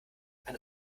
ein